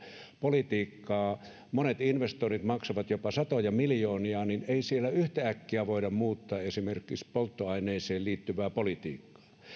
politiikkaa monet investoinnit maksavat jopa satoja miljoonia eikä siellä yhtäkkiä voida muuttaa esimerkiksi polttoaineeseen liittyvää politiikkaa